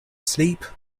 sleep